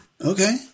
Okay